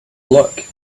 look